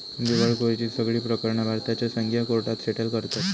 दिवळखोरीची सगळी प्रकरणा भारताच्या संघीय कोर्टात सेटल करतत